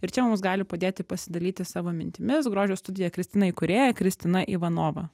ir čia mums gali padėti pasidalyti savo mintimis grožio studija kristina įkūrėja kristina ivanova